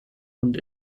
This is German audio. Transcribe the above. und